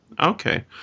Okay